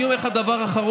אני אומר לך דבר אחרון,